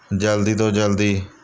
ਜਲਦੀ ਤੋਂ ਜਲਦੀ